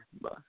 Bye